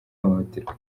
ihohoterwa